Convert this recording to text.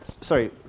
Sorry